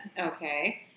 Okay